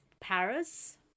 Paris